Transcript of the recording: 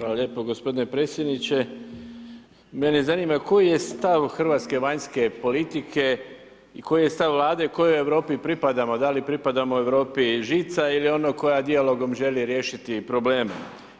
Hvala lijepo gospodine predsjedniče, mene zanima koji je stav Hrvatske vanjske politike i koji je stav Vlade kojoj Europi pripadamo, da li pripadamo Europi žica ili onoj koja dijalogom želi riješiti problem